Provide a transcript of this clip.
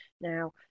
Now